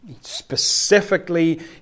Specifically